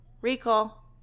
Recall